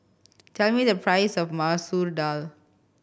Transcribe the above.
tell me the price of Masoor Dal